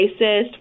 racist